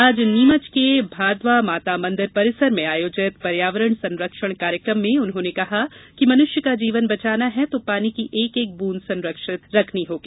आज नीमच के भादवा माता मंदिर परिसर में आयोजित पर्यावरण संरक्षण कार्यक्रम में उन्होने कहा कि मनुष्य का जीवन बचाना है तो पानी की एक एक ब्रंद संरक्षित करनी होगी